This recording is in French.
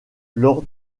lors